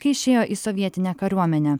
kai išėjo į sovietinę kariuomenę